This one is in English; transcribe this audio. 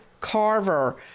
Carver